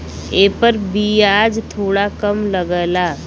एपर बियाज थोड़ा कम लगला